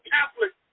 Catholic